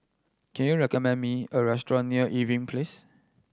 can you recommend me a restaurant near Irving Place